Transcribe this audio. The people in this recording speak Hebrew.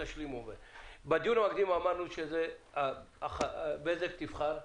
בדיון המקדים אמרנו שבזק תבחר,